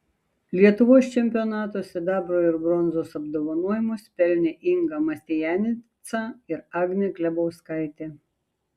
lietuvos čempionato sidabro ir bronzos apdovanojimus pelnė inga mastianica ir agnė klebauskaitė